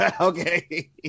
okay